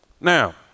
Now